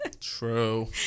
True